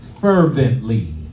Fervently